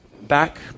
back